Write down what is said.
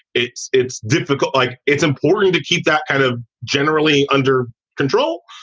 it's it's difficult. like it's important to keep that kind of generally under control,